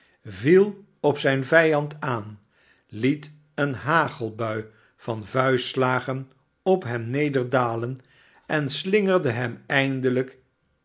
viel op zijn vijand aan liet een hagelbui van vuistslagen op hem nederdalen en slingerde hem eindelijk